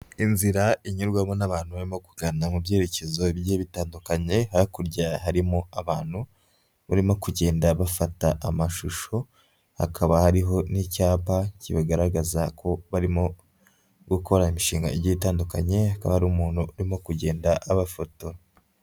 Inzira inyurwamo n'abantu barimo kugana mu byerekezo bigiye bitandukanye, hakurya harimo abantu barimo kugenda bafata amashusho, hakaba hariho n'icyapa kibagaragaza ko barimo gukora imishinga igiye itandukanye, hakaba hari umuntu urimo kugenda abafotora.